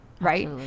right